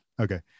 Okay